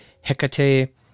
Hecate